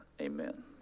amen